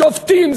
שופטים,